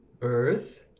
Earth